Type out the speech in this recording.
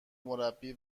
مربی